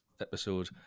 episode